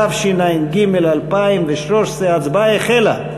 התשע"ג 2013. ההצבעה החלה.